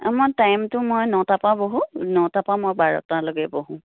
অঁ মই টাইমটো মই নটাৰ পৰা বহোঁ নটাৰ পৰা মই বাৰটালৈকে বহোঁ